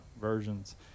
versions